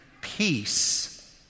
peace